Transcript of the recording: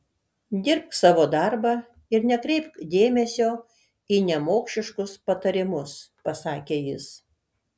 dirbk savo darbą ir nekreipk dėmesio į nemokšiškus patarimus pasakė jis